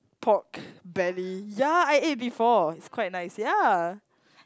pork belly ya I eat before it's quite nice ya